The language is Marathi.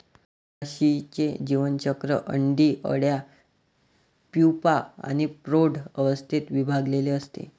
मधमाशीचे जीवनचक्र अंडी, अळ्या, प्यूपा आणि प्रौढ अवस्थेत विभागलेले असते